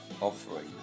offering